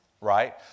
Right